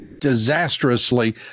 disastrously